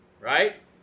Right